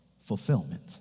fulfillment